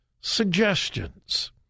suggestions